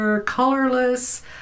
colorless